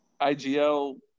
IGL